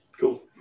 Cool